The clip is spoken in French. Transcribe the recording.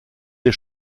des